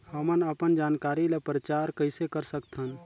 हमन अपन जानकारी ल प्रचार कइसे कर सकथन?